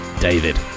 David